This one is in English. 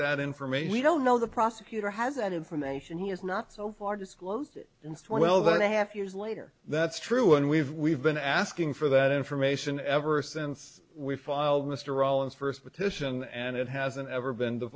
that information we don't know the prosecutor has and information he has not so far disclosed since twelve and a half years later that's true and we've we've been asking for that information ever since we filed mr owens first petition and it hasn't ever been t